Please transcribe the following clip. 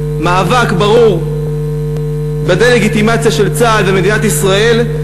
מאבק ברור בדה-לגיטימציה של צה"ל ומדינת ישראל,